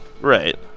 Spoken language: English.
Right